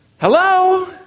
Hello